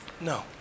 No